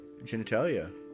genitalia